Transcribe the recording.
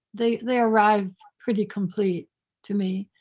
they they arrive pretty complete to me.